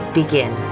begin